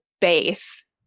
base